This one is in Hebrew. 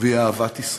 ואהבת ישראל.